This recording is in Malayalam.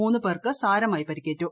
മൂന്ന് പേർക്ക് സാരമായി പരിക്കേറ്റു